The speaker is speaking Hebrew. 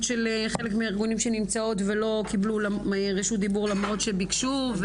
של חלק מהארגונים שנמצאים ולא קיבלו רשות דיבור למרות שביקשו.